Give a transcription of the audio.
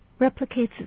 replicates